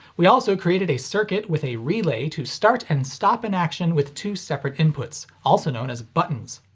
we also created a circuit with a relay to start and stop an action with two separate inputs. also known as buttons.